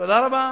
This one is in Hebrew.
תודה רבה.